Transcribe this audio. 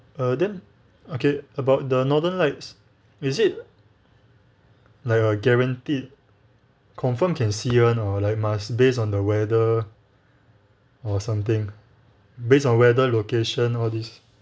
err then okay about the northern lights is it like a guaranteed confirm can see [one] or like must base on the weather or something based on weather location all these